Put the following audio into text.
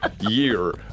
year